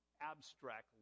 abstract